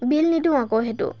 বিল নিদিওঁ আকৌ সেইটো